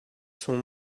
son